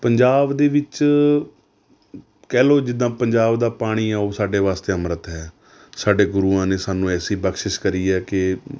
ਪੰਜਾਬ ਦੇ ਵਿੱਚ ਕਹਿ ਲਉ ਜਿੱਦਾਂ ਪੰਜਾਬ ਦਾ ਪਾਣੀ ਹੈ ਉਹ ਸਾਡੇ ਵਾਸਤੇ ਅੰਮ੍ਰਿਤ ਹੈ ਸਾਡੇ ਗੁਰੂਆਂ ਨੇ ਸਾਨੂੰ ਐਸੀ ਬਖਸ਼ਿਸ਼ ਕਰੀ ਹੈ ਕਿ